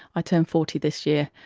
i turned forty this year,